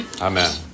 Amen